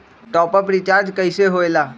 Top up recharge कइसे होएला?